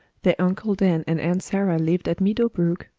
their uncle dan and aunt sarah lived at meadow brook,